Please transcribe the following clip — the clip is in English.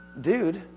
Dude